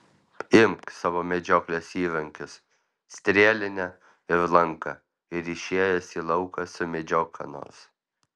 imk savo medžioklės įrankius strėlinę ir lanką ir išėjęs į lauką sumedžiok ką nors